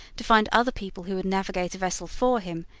to find other people who would navigate a vessel for him,